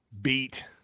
beat